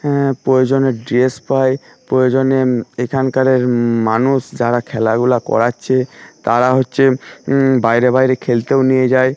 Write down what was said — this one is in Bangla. হ্যাঁ প্রয়োজনে ড্রেস পাই প্রয়োজনে এখানকার মানুষ যারা খেলাগুলো করাচ্ছে তারা হচ্ছে বাইরে বাইরে খেলতেও নিয়ে যায়